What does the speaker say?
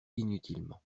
inutilement